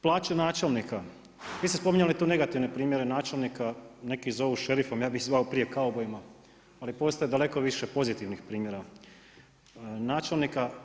Plaće načelnika, vi ste spominjali tu negativne primjere načelnika, neki ih zovu šerifom, ja bih zvao prije kaubojima, ali postoji daleko više pozitivnih primjera načelnika.